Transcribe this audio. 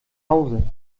hause